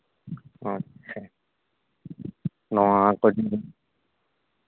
ᱟᱪᱪᱷᱟ ᱱᱚᱣᱟ ᱠᱚ